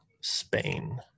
Spain